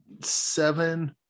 Seven